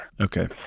okay